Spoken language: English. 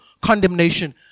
condemnation